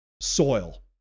soil